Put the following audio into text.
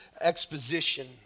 Exposition